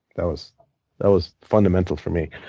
that was that was fundamental for me.